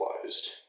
closed